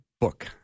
book